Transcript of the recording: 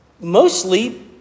mostly